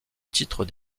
titre